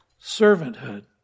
servanthood